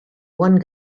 one